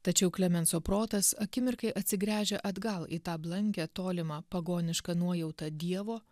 tačiau klemenso protas akimirkai atsigręžia atgal į tą blankią tolimą pagonišką nuojautą dievo